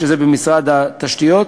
שזה במשרד התשתיות,